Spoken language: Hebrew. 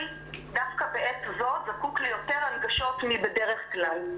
דווקא בעת הזאת זקוק ליותר הנגשות מבדרך כלל,